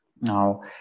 Now